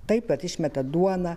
taip vat išmeta duoną